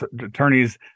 attorneys